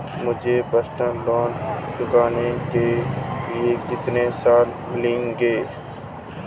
मुझे personal loan चुकाने के लिए कितने साल मिलेंगे?